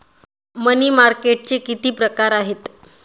मनी मार्केटचे किती प्रकार आहेत?